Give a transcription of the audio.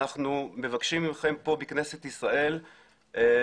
אנחנו מבקשים ממכם פה בכנסת ישראל לעשות